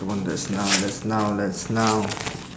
come on let's now let's now let's now